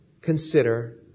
consider